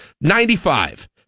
Ninety-five